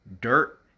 dirt